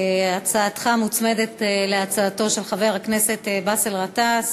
הצעתך מוצמדת להצעתו של חבר הכנסת באסל גטאס.